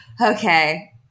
Okay